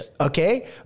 Okay